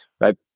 right